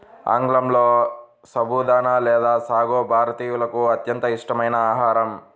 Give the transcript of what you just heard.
ఆంగ్లంలో సబుదానా లేదా సాగో భారతీయులకు అత్యంత ఇష్టమైన ఆహారం